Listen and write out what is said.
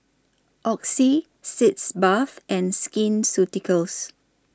Oxy Sitz Bath and Skin Ceuticals